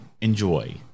enjoy